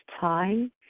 time